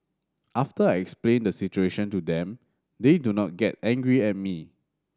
after I explain the situation to them they do not get angry at me